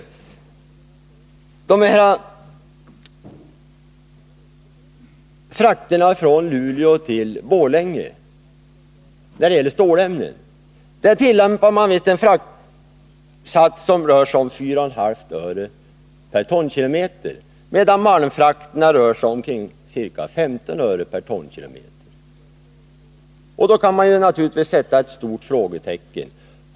När det gäller frakterna av stålämnen från Luleå till Borlänge tillämpar SJ en fraktsats som rör sig om ca 4,5 öre per tonkilometer, medan det för malmfrakterna rör sig om ca 15 öre per tonkilometer. Här kan man naturligtvis sätta ett stort frågetecken.